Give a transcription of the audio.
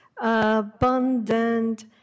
abundant